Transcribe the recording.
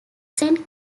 saint